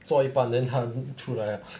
做一半 then 他出来 ah